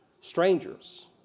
strangers